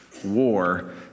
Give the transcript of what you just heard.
War